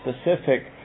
specific